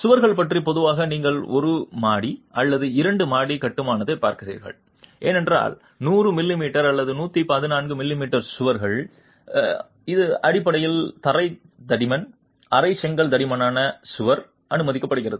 சுவர்கள் பற்றி பொதுவாக நீங்கள் ஒரு மாடி அல்லது இரண்டு மாடி கட்டுமானத்தைப் பார்க்கிறீர்கள் என்றால் 100 மிமீ அல்லது 114 மிமீ சுவர்கள் இது அடிப்படையில் அரை தடிமன் அரை செங்கல் தடிமனான சுவர் அனுமதிக்கப்படுகிறது